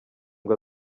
ngo